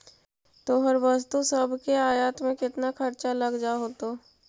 तोहर वस्तु सब के आयात में केतना खर्चा लग जा होतो?